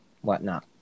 whatnot